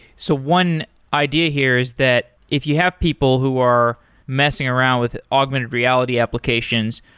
so one idea here is that if you have people who are messing around with augmented reality applications,